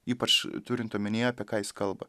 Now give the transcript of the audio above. ypač turint omenyje apie ką jis kalba